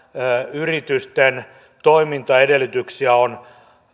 yritysten toimintaedellytyksiä on